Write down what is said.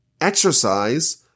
exercise